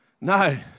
No